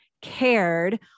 cared